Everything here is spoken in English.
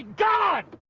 like god!